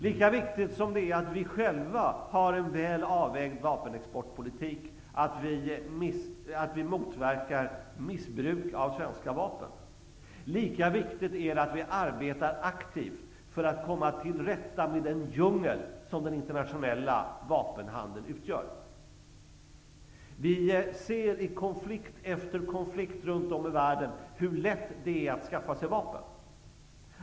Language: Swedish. Lika viktigt som det är att vi själva har en väl avvägd vapenexportpolitik, att vi motverkar missbruk av svenska vapen, lika viktigt är det att vi arbetar aktivt för att komma till rätta med den djungel som den internationella vapenhandeln utgör. I konflikt efter konflikt runt om i världen ser vi hur lätt det är att skaffa sig vapen.